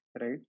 right